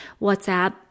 WhatsApp